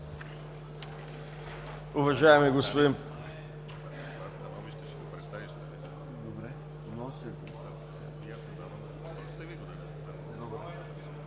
Уважаеми господин